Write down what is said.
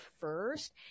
first